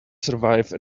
survive